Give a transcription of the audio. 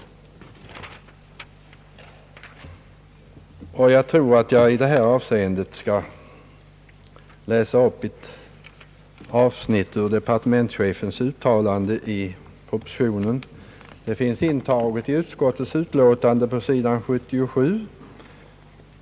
Jag vill läsa upp ett avsnitt ur departementschefens uttalande i propositionen, intaget i utskottsutlåtandet på s. 77.